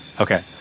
Okay